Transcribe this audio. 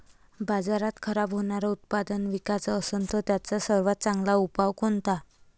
बाजारात खराब होनारं उत्पादन विकाच असन तर त्याचा सर्वात चांगला उपाव कोनता?